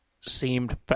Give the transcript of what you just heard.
seemed